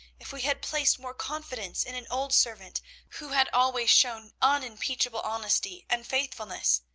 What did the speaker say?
if we had placed more confidence in an old servant who had always shown unimpeachable honesty and faithfulness,